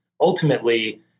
ultimately